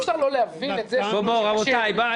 אי אפשר לא להבין את זה שהוא אומר שקשה לו.